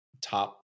top